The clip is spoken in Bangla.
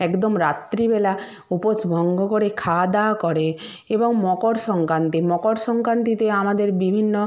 একদম রাত্রি বেলা উপোস ভঙ্গ করে খাওয়া দাওয়া করে এবং মকর সংক্রান্তি মকর সংক্রান্তিতে আমাদের বিভিন্ন